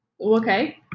Okay